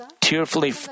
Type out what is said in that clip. tearfully